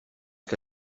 que